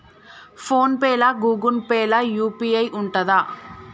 Phone pay లా Google Pay లా UPI ఉంటదా?